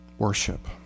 Worship